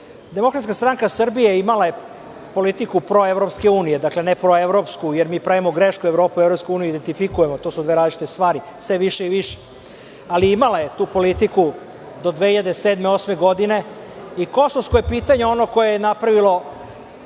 siguran. Demokratska stranka Srbije imala je politiku proevropske unije. Dakle ne proevropsku, jer mi pravimo grešku. Evropu i Evropsku uniju identifikujemo. To su dve različite stvari, sve više i više. Imala je tu politiku do 2007, 2008. godine. Kosovsko je pitanje ono koje je napravilo,